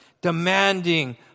Demanding